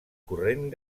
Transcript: corrent